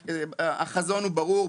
החזון הוא ברור,